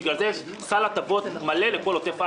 בגלל זה יש סל הטבות מלא לכל עוטף עזה,